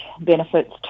benefits